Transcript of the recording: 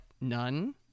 none